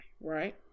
right